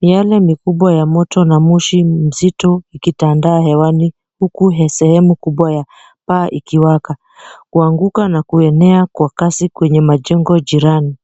miale mikubwa ya moto na moshi mzito ukitandaa hewani huku sehemu kubwa ya paa ikiwaka kuanguka na kuenea kwa kasi kwenye majengo jirani.